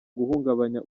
guhungabanya